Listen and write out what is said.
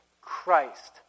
Christ